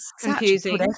confusing